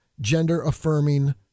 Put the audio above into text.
gender-affirming